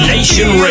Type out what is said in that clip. Nation